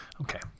Okay